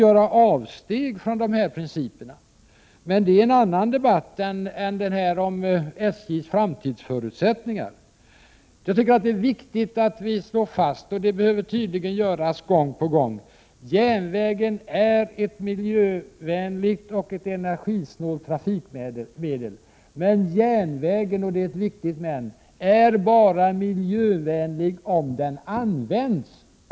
1988/89:30 principer, men det är en annan debatt än den om SJ:s framtidsförutsätt 23 november 1988 S a är viktigt att släjfast, och det belöyer tydligen göras gång på gång: kens ockidesskontel Järnvägen är ett miljövänligt och ett energisnålt trafikmedel, men — och det Ng kvenser för miljön är ett viktigt men — järnvägen är bara miljövänlig om den används.